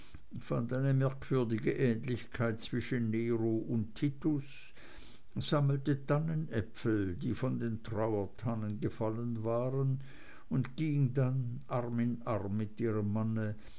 eine merkwürdige ähnlichkeit zwischen nero und titus sammelte tannenäpfel die von den trauertannen gefallen waren und ging dann arm in arm mit ihrem manne